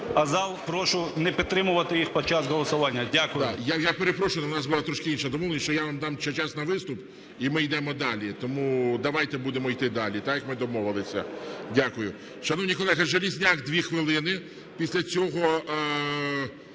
зал прошу не підтримувати їх під час голосування. Дякую. ГОЛОВУЮЧИЙ. Я перепрошую, але у нас була трішки інша домовленість, що я вам час на виступ, і ми йдемо далі. Тому давайте будемо йти далі так, як ми домовилися. Дякую. Шановні колеги! Железняк 2 хвилини, після цього